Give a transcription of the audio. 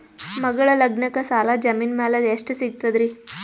ಮಗಳ ಲಗ್ನಕ್ಕ ಸಾಲ ಜಮೀನ ಮ್ಯಾಲ ಎಷ್ಟ ಸಿಗ್ತದ್ರಿ?